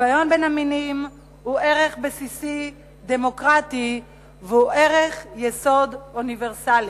שוויון בין המינים הוא ערך בסיסי דמוקרטי וערך יסוד אוניברסלי.